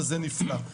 וזה נפלא.